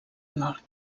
nord